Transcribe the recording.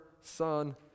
Son